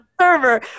server